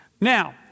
Now